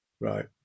Right